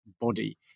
body